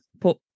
put